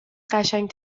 قشنگ